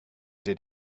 did